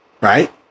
right